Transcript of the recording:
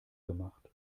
gemacht